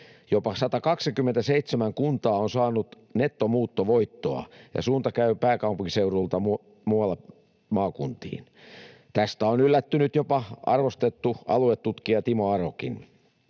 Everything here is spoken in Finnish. jopa 127 kuntaa on saanut nettomuuttovoittoa ja suunta käy pääkaupunkiseudulta muualle maakuntiin. Tästä on yllättynyt jopa arvostettu aluetutkija Timo Arokin.